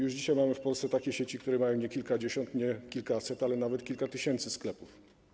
Już dzisiaj mamy w Polsce takie sieci, które mają nie kilkadziesiąt, nie kilkaset, ale nawet kilka tysięcy sklepów.